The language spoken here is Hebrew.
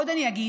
עוד אני אגיד